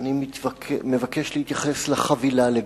אני מבקש להתייחס לחבילה לגופה.